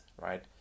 right